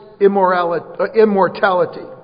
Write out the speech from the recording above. immortality